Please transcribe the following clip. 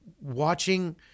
watching